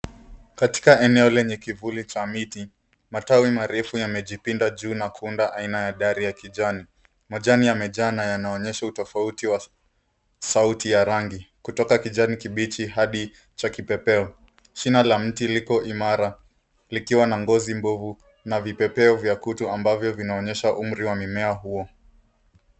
Katika eneo lenye kivuli cha miti, matawi marefu yamejipinda juu na kuunda aina ya dari ya kijani. Majani yameja na yanaonyesha utofauti wa sauti ya rangi, kutoka kijani kibichi hadi cha kipepeo. Shina la mti liko imara likiwa na ngozi mbovu na vipepeo vya kutu ambavyo vinaonyesha umri wa mimea huo.